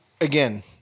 again